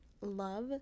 love